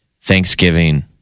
Thanksgiving